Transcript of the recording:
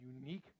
unique